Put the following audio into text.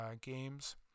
games